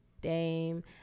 Dame